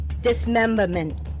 dismemberment